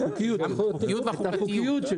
התייחסתי